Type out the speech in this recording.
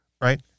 right